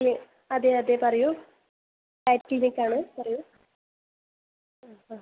A അതെ അതെ പറയൂ അയറ്റ് ക്ലിനിക് ആണ് പറയൂ അ